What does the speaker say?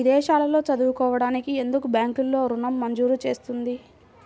విదేశాల్లో చదువుకోవడానికి ఎందుకు బ్యాంక్లలో ఋణం మంజూరు చేస్తుంది?